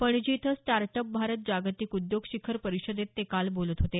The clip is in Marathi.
पणजी इथं स्टार्टअप भारत जागतिक उद्योग शिखर परिषदेत ते काल बोलत होते